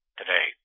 today